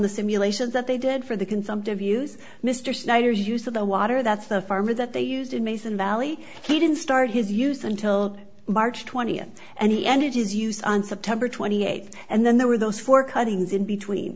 the simulations that they did for the consumptive use mr snyder use of the water that's the farmer that they used in mason valley he didn't start his use until march twentieth and he ended his use on september twenty eighth and then there were those four cuttings in between